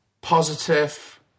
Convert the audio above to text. positive